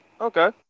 Okay